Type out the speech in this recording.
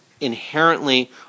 inherently